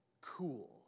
cool